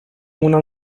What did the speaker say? una